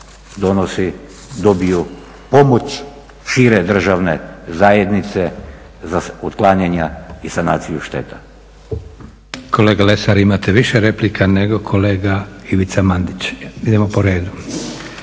donosi dobiju pomoć šire državne zajednice za otklanjanje i sanaciju šteta. **Leko, Josip (SDP)** Kolega Lesar, imate više replika nego kolega Ivica Mandić. Idemo po redu.